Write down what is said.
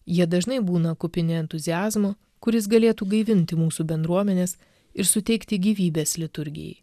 jie dažnai būna kupini entuziazmo kuris galėtų gaivinti mūsų bendruomenes ir suteikti gyvybės liturgijai